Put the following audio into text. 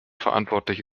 verantwortlich